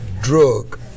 drug